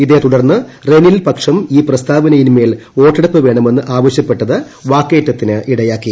ഇത്തെങ്ക്ടർന്ന് റെനിൽ പക്ഷം ഈ പ്രസ്താവനിയിന്മേൽ വോട്ടെടുപ്പ് വേണമെന്ന് ആവശ്യപ്പെട്ടത് വാക്കേറ്റത്തിന് ഇടയാക്കി